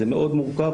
זה מאוד מורכב,